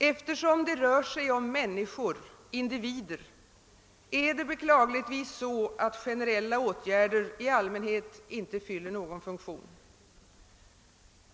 Eftersom det rör sig om människor, individer, är det beklagligtvis så att generalla åtgärder i allmänhet inte fyller någon funktion.